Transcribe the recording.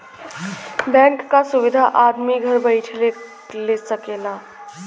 bank क सुविधा आदमी घर बैइठले ले सकला